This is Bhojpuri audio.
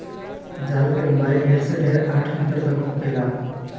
जाल के लम्बाई ढेर से ढेर आठ मीटर तक होखेला